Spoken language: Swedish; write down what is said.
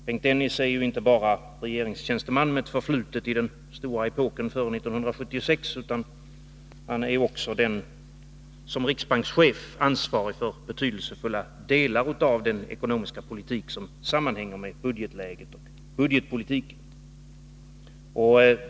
Bengt Dennis är ju inte bara regeringstjänsteman med ett förflutet i den stora epoken före 1976, utan han är också som riksbankschef ansvarig för betydelsefulla delar av den ekonomiska politik som sammanhänger med budgetläget och budgetpolitiken.